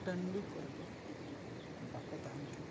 ᱴᱟᱺᱰᱤ ᱠᱚᱨᱮ ᱫᱚ ᱵᱟᱠᱚ ᱛᱟᱦᱮᱱ ᱠᱟᱱᱟ